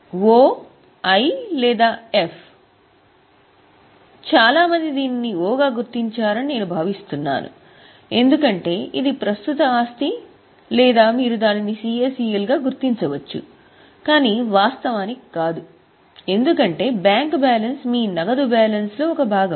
O I లేదా F చాలా మంది దీనిని O గా గుర్తించారని నేను భావిస్తున్నాను ఎందుకంటే ఇది ప్రస్తుత ఆస్తి లేదా మీరు దానిని CACL గా గుర్తించవచ్చు కాని వాస్తవానికి కాదు ఎందుకంటే బ్యాంక్ బ్యాలెన్స్ మీ నగదు బ్యాలెన్స్లో ఒక భాగం